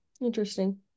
Interesting